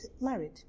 married